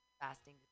fasting